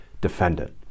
defendant